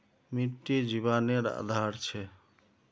मिटटी जिवानेर आधार छे